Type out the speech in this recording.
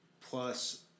plus